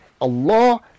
Allah